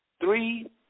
Three